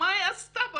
מה היא עשתה בחיים?